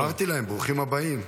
אמרתי להם ברוכים הבאים.